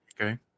Okay